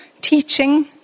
teaching